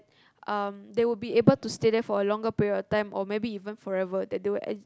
um they will be able to stay there for a longer period of time or maybe even forever that they will e~